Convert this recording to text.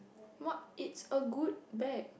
what is a good bag